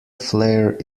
flare